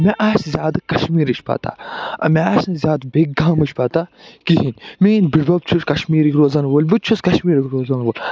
مےٚ آسہِ زیادٕ کشمیٖرٕچ پتاہ مےٚ آسہِ نہٕ زیادٕ بیٚکہِ گامٕچ پتاہ کِہیٖنٛۍ میٛٲنۍ بُڈبب چھِ کشمیری روزن وول بہٕ تہِ چھُس کشمیٖرُک روزن وول